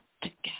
together